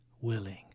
willing